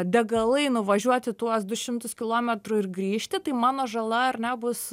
degalai nuvažiuoti tuos du šimtus kilometrų ir grįžti tai mano žala ar ne bus